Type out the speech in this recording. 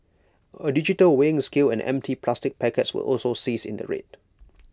A digital weighing scale and empty plastic packets were also seized in the raid